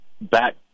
back